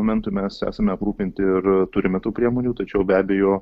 momentu mes esame rūpinti ir turime tų priemonių tačiau be abejo